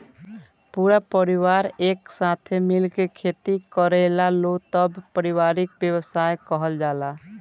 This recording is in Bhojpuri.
पूरा परिवार एक साथे मिल के खेती करेलालो तब पारिवारिक व्यवसाय कहल जाला